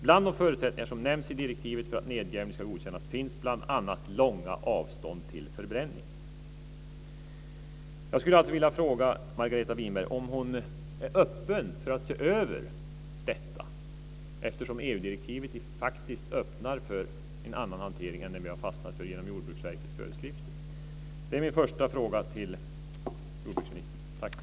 Bland de förutsättningar som nämns i direktivet för att nedgrävning ska godkännas finns långa avstånd till förbränning. direktivet faktiskt öppnar för en annan hantering än den vi har fastnat för genom Jordbruksverkets föreskrifter. Det är min första fråga till jordbruksministern.